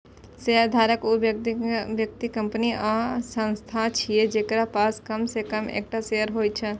शेयरधारक ऊ व्यक्ति, कंपनी या संस्थान छियै, जेकरा पास कम सं कम एकटा शेयर होइ छै